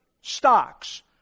stocks